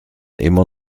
immer